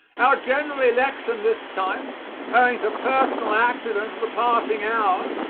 our general election this time, owing to personal accident of the passing hour,